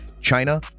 China